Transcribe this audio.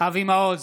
אבי מעוז,